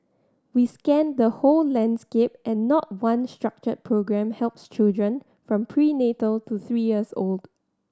we scanned the whole landscape and not one structured programme helps children from prenatal to three years old